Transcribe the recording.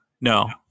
no